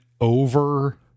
over